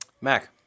Mac